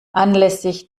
anlässlich